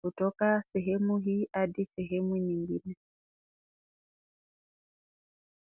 kutoka sehemu hii hadi sehemu nyingine.